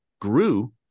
grew